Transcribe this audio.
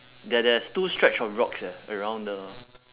there there's two stretch of rocks eh around the